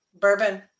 Bourbon